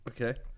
okay